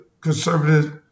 conservative